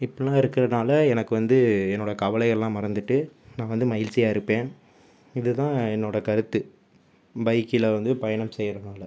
இப்படிலாம் இருக்கிறனால எனக்கு வந்து என்னோடய கவலையெல்லாம் மறந்துட்டு நான் வந்து மகிழ்ச்சியாக இருப்பேன் இது தான் என்னோடய கருத்து பைக்கில் வந்து பயணம் செய்கிறதுனால